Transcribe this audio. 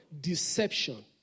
deception